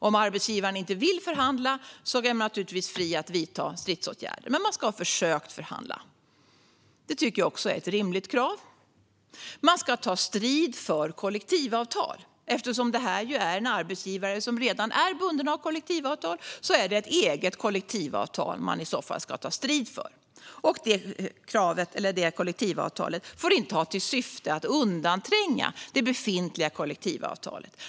Om arbetsgivaren inte vill förhandla är man naturligtvis fri att vidta stridsåtgärder, men man ska ha försökt att förhandla. Det tycker jag också är ett rimligt krav. Man ska ta strid för kollektivavtal. Om det är en arbetsgivare som redan är bunden av kollektivavtal är det ett eget kollektivavtal som man i så fall ska ta strid för. Det kollektivavtalet får inte ha till syfte att undantränga det befintliga kollektivavtalet.